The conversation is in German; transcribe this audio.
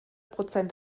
prozent